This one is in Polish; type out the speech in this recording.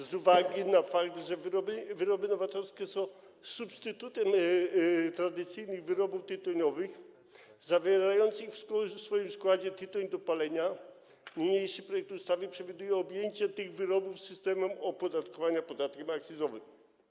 Z uwagi na fakt, że wyroby nowatorskie są substytutem tradycyjnych wyrobów tytoniowych zawierających w swoim składzie tytoń do palenia, niniejszy projekt ustawy przewiduje objęcie tych wyrobów systemem opodatkowania podatkiem akcyzowym.